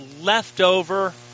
leftover